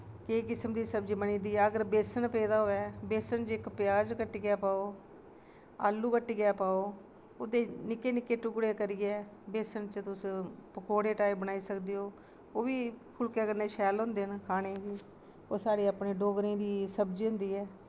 केंई किस्म दी सब्जी बनी जंदी ऐ अगर बेसन पेदा होऐ बेसन च इक प्याज कट्टियै पाओ आलू कट्टियै पाओ ओह्दे निक्के निक्के टुकड़े करियै बेसन च तुस पकौड़े टाईप बनाई सकदे ओ ते ओह् बी फुल्के कन्नै शैल होंदे न खाने गी ओह् साढ़ी अपनी डोगरे दी सब्जी होंदी ऐ